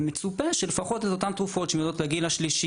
ומצופה שלפחות אותן --- מה,